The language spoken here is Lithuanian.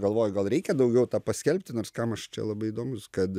galvoju gal reikia daugiau tą paskelbti nors kam aš čia labai įdomus kad